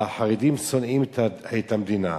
והחרדים שונאים את המדינה,